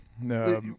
No